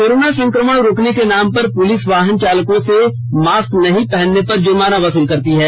corona संक्रमण रोकने के नाम पर पुलिस वाहन चालकों से मास्क नहीं पहनने पर जुर्माना वसूल रही है